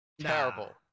Terrible